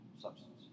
substance